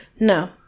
No